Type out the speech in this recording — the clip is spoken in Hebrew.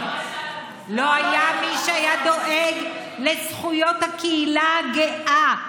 לא היה מי שהיה דואג לזכויות הקהילה הגאה,